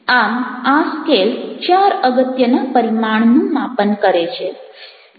આમ આ સ્કેલ 4 અગત્યનાં પરિમાણનું માપન કરે છે